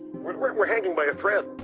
we're hanging by a thread.